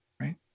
right